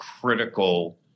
critical